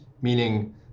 meaning